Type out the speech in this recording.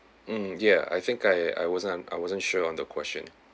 mm yeah I think I I wasn't I wasn't sure on the question